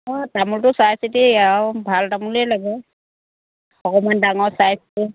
অ' তামোলটো চাই চিতি আৰু ভাল তামোলে লাগে অকণমান ডাঙৰ ছাইজটো